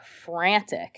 frantic